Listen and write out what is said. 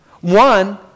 One